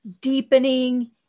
deepening